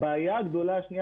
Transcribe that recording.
הבעיה השנייה הגדולה,